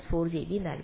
വിദ്യാർത്ഥി 0